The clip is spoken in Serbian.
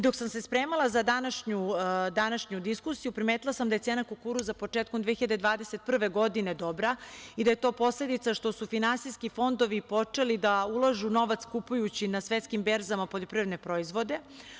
Dok sam se spremala za današnju diskusiju primetila sam da je cena kukuruza početkom 2021. godine dobra i da je to posledica što su finansijski fondovi počeli da ulažu novac kupujući na svetskim berzama poljoprivredne proizvode.